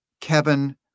Kevin